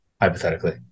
hypothetically